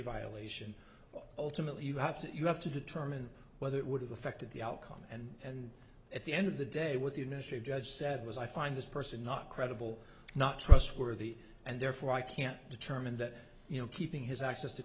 violation ultimately you have to you have to determine whether it would have affected the outcome and at the end of the day with you national judge said was i find this person not credible not trustworthy and therefore i can't determine that you know keeping his access to